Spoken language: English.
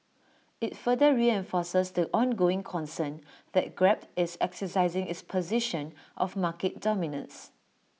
IT further reinforces the ongoing concern that grab is exercising its position of market dominance